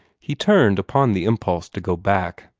he turned, upon the impulse, to go back.